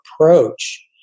approach